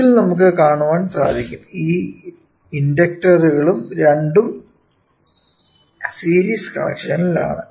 ഇതിൽ നമുക്ക് കാണാൻ സാധിക്കും ഈ ഇണ്ടക്ടറുകൾ രണ്ടും സീരീസ് കണക്ഷനിൽ ആണ്